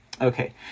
Okay